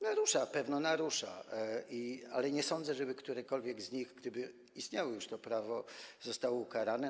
Narusza, pewno narusza, ale nie sądzę, żeby ktokolwiek z nich, gdyby już istniało to prawo, został ukarany.